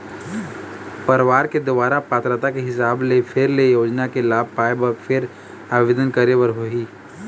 परवार के दुवारा पात्रता के हिसाब ले फेर ले योजना के लाभ पाए बर फेर आबेदन करे बर होही